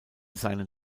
seinen